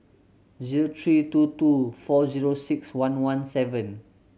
zero three two two four zero six one one seven